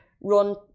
run